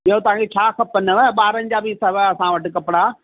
ॿियो तव्हांखे छा खपनव ॿारनि जा बि अथव असां वटि कपिड़ा